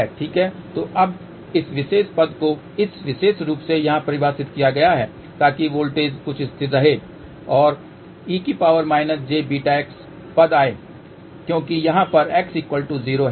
ठीक है तो अब इस विशेष पद को इस विशेष रूप में यहाँ परिभाषित किया गया है ताकि वोल्टेज कुछ स्थिर रहे और e jβx पद आए क्योंकि यहाँ पर x 0 हैं